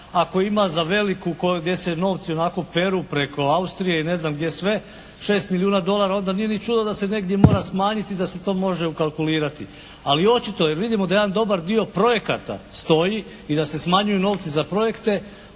ako ima za veliku gdje se novci onako peru preko Austrije i ne znam gdje sve 6 milijuna dolara onda nije ni čudo da se negdje mora smanjiti da se to može ukalkulirati. Ali očito jer vidimo da jedan dobar dio projekata stoji i da se smanjuju novci za projekte